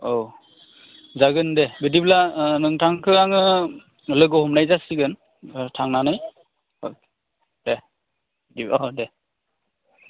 औ जागोन दे बिदिब्ला नोंथांखौ आङो लोगो हमनाय जासिगोन थांनानै देह अह देह